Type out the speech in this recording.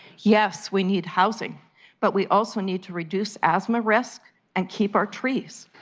yes we need housing but we also need to reduce asthma risk and kep our trees.